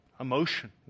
emotion